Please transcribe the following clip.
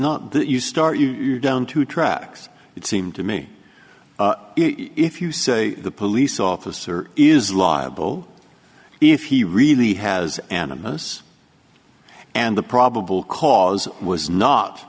not that you start you down two tracks it seemed to me if you say the police officer is liable if he really has animists and the probable cause was not